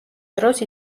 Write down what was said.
დროს